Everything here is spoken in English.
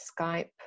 Skype